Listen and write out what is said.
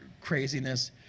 craziness